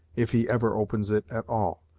if he ever opens it at all.